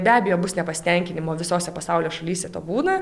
be abejo bus nepasitenkinimo visose pasaulio šalyse to būna